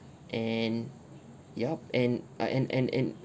and ya uh and and and